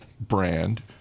brand